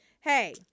hey